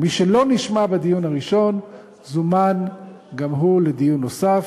מי שלא נשמע בדיון הראשון זומן לדיון נוסף,